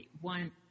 One